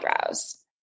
eyebrows